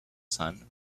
sun